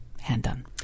hand-done